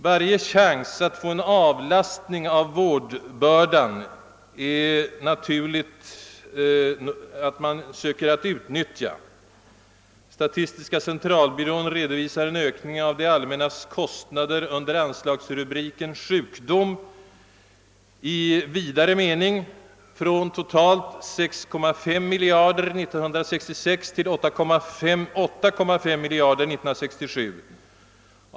Varje chans att få en avlastning av vårdbördan är det naturligt att man söker utnyttja. Statistiska centralbyrån redovisar en ökning av det allmännas kostnader under anslagsrubriken Sjukdom från totalt cirka 6,5 miljarder år 1966 till 8,5 miljarder år 1967.